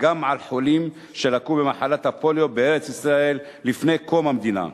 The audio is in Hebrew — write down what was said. גם על חולים שלקו במחלת פוליו בארץ-ישראל לפני קום המדינה.